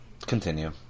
Continue